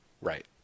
Right